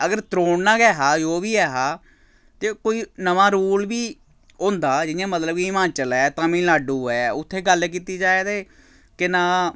अगर त्रोड़ना गै हा जो बी ऐ हा ते कोई नमां रूल बी होंदा जियां मतलब कि हिमाचल ऐ तमिलनाडु ऐ उत्थै गल्ल कीती जाए ते केह् नांऽ